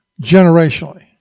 generationally